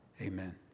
Amen